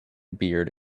beard